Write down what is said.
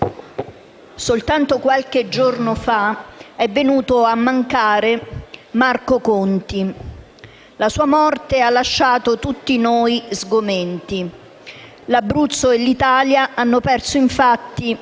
soltanto qualche giorno fa è venuto a mancare Marco Conti e la sua morte ha lasciato tutti noi sgomenti. L'Abruzzo e l'Italia hanno perso infatti